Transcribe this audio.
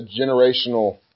generational